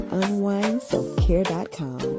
unwindselfcare.com